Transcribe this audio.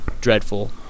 dreadful